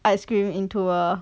ice cream into a